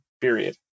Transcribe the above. Period